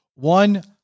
One